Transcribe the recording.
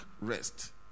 rest